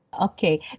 Okay